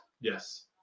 Yes